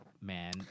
man